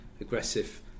aggressive